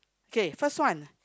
okay first one